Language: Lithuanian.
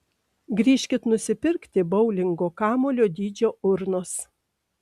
grįžkit nusipirkti boulingo kamuolio dydžio urnos